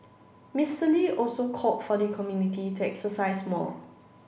Mister Lee also called for the community to exercise more